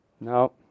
No